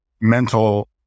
mental